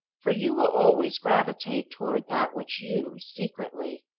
for you will always gravitate toward that which you, secretly,